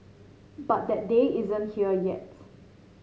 but that day isn't here yet